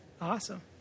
Awesome